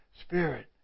Spirit